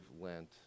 Lent